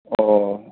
ꯑꯣ